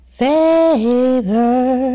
favor